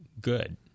good